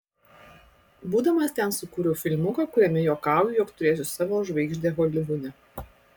būdamas ten sukūriau filmuką kuriame juokauju jog turėsiu savo žvaigždę holivude